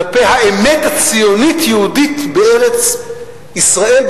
כלפי האמת הציונית-יהודית בארץ-ישראל,